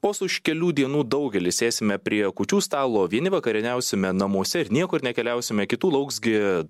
vos už kelių dienų daugelis sėsime prie kūčių stalo vieni vakarieniausime namuose ir niekur nekeliausime kitų lauks gi